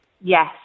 yes